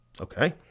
Okay